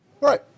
Right